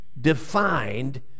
defined